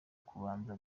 kubanza